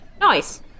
Nice